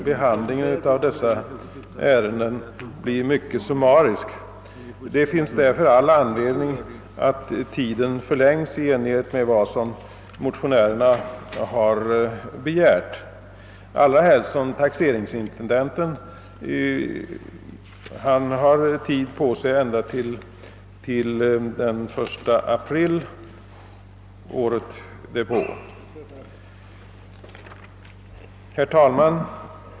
Behandlingen av = taxeringsärendena måste därför bli mycket summarisk och besvärstiden bör sålunda förlängas i enlighet med motionärernas förslag — allra helst som taxeringsintendenten har tid på sig ända till utgången av april månad året därpå. Herr talman!